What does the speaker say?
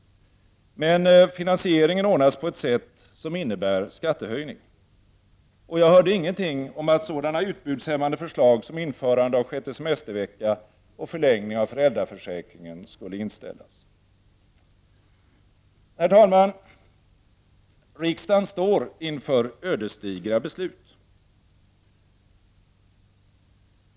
Men finansieringen ordnas på ett sätt som innebär skattehöjning. Och jag hörde ingenting om att sådana utbudshämmande förslag som införande av en sjätte semestervecka och förlängning av föräldraförsäkringen skulle inställas. Herr talman! Riksdagen står inför ödesdigra beslut.